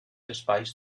espais